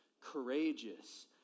courageous